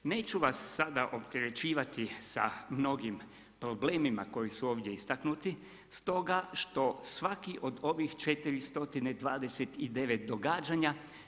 Neću vas sada opterećivati sa mnogim problemima koji su ovdje istaknuti stoga što svaki od ovih 429 događanja.